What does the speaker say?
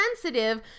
sensitive